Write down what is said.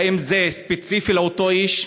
האם זה ספציפי לאותו איש?